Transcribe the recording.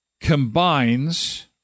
combines